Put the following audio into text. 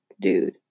dude